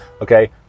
Okay